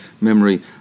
memory